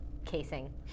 Casing